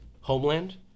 Homeland